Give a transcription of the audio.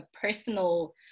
personal